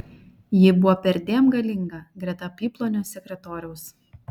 ji buvo perdėm galinga greta apyplonio sekretoriaus